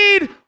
need